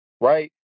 Right